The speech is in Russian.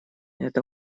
это